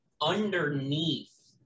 underneath